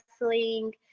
wrestling